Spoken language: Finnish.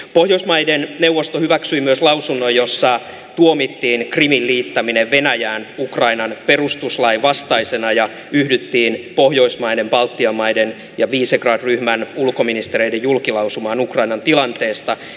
pohjoismaiden neuvosto hyväksyi myös lausunnon jossa tuomittiin krimin liittäminen venäjään ukrainan perustuslain vastaisena ja yhdyttiin pohjoismaiden baltian maiden ja visegrad ryhmän ulkoministereiden julkilausumaan ukrainan tilanteesta